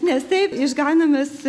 nes taip išgaunamas